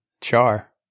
Char